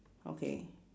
okay